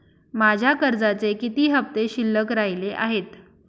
माझ्या कर्जाचे किती हफ्ते शिल्लक राहिले आहेत?